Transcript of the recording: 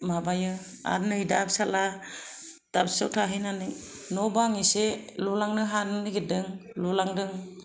माबायो आर नै दा फिसाला दाबसेयाव थाहैनानै न'बां एसे लुलांनो हानो नागिरदों लुलांदों